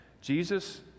Jesus